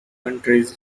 countries